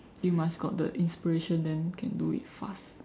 you must got the inspiration then can do it fast